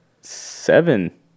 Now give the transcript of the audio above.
seven